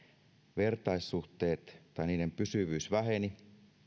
vertaissuhteet tai niiden pysyvyys väheni